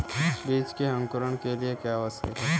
बीज के अंकुरण के लिए क्या आवश्यक है?